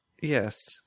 Yes